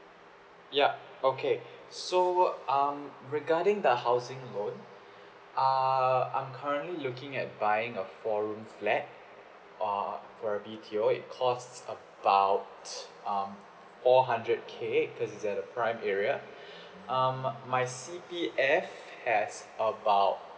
yup okay so um regarding the housing loan err I'm currently looking at buying a four room flat uh for a B_T_O it costs about um four hundred K cause it's at a prime area um my C_P_F has about